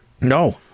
No